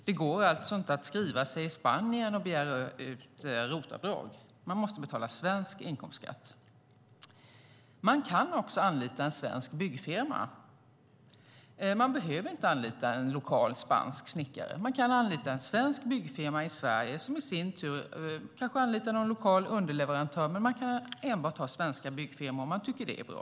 Det går alltså inte att skriva sig i Spanien och begära ROT-avdrag, utan man måste betala svensk inkomstskatt. Man kan också anlita en svensk byggfirma. Man behöver inte anlita en lokal spansk snickare, utan man kan anlita en svensk byggfirma i Sverige - som i sin tur kanske anlitar någon lokal underleverantör. Man kan alltså enbart ha svenska byggfirmor om man tycker att det är bra.